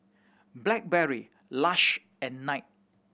Blackberry Lush and Knight